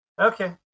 Okay